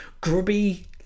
grubby